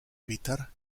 evitar